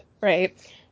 right